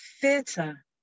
theatre